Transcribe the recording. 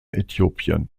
äthiopien